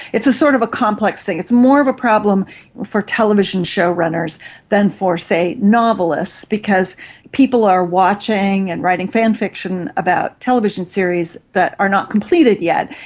it's sort of a complex thing. it's more of a problem for television show runners than for, say, novelists because people are watching and writing fan fiction about television series that are not completed yet.